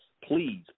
Please